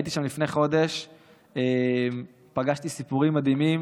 הייתי שם לפני חודש ופגשתי סיפורים מדהימים.